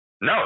no